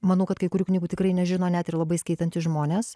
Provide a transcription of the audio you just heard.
manau kad kai kurių knygų tikrai nežino net ir labai skaitantys žmonės